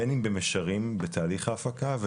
בין אם במישרין בתהליך ההפקה,